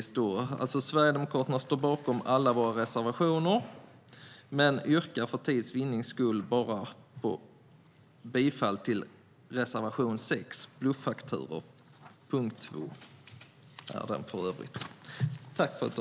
Sverigedemokraterna står bakom alla sina reservationer men yrkar för tids vinnande bifall bara till reservation 6 Bluffakturor, som finns under punkt 2.